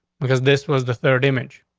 because this was the third image.